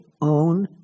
own